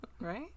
right